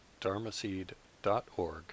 dharmaseed.org